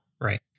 Right